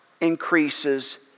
increases